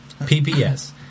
PPS